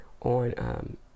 on